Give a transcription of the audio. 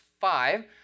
five